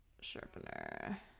sharpener